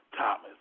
Thomas